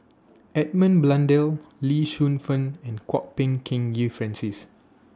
Edmund Blundell Lee Shu Fen and Kwok Peng Kin Francis